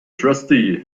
trustee